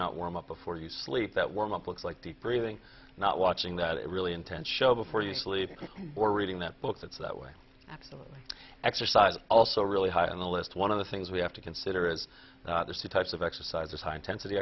not warm up before you sleep that warm up looks like deep breathing not watching that it really intense show before you sleep or reading that book that's that way absolutely exercise is also really high on the list one of the things we have to consider is there's two types of exercises high intensity